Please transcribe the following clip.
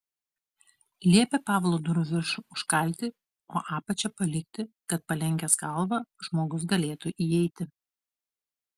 liepė pavlo durų viršų užkalti o apačią palikti kad palenkęs galvą žmogus galėtų įeiti